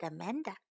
Amanda